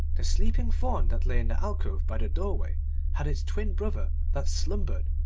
the sleeping faun that lay in the alcove by the doorway had its twin brother that slumbered,